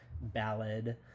ballad